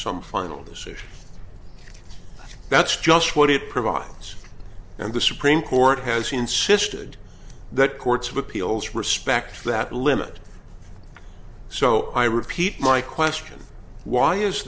some final decision that's just what it provides and the supreme court has insisted that courts of appeals respect that limit so i repeat my question why is